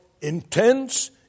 intense